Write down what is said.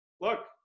Look